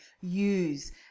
use